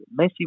Messi